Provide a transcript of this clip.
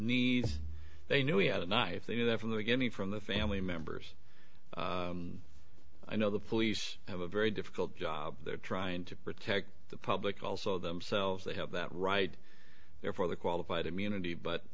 knees they knew he had a knife they know that from the beginning from the family members i know the police have a very difficult job they're trying to protect the public also themselves they have that right there for the qualified immunity but